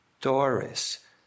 Doris